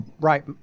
Right